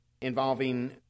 involving